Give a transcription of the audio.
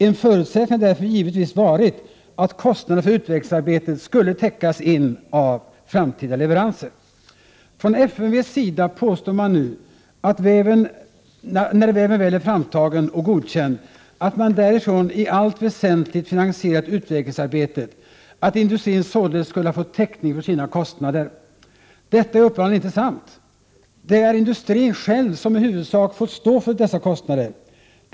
En förutsättning har därför givetvis varit att kostnaderna för utvecklingsarbetet skulle täckas in av framtida leveranser. Från FMV:s sida påstår man nu, när väven väl är framtagen och godkänd, att man därifrån i allt väsentligt finansierat utvecklingsarbetet och att industrin således skulle ha fått täckning för sina kostnader. Detta är uppenbarligen inte sant. Det är industrin själv som i huvudsak fått stå för dessa kostnader.